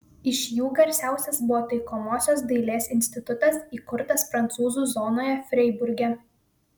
iš jų garsiausias buvo taikomosios dailės institutas įkurtas prancūzų zonoje freiburge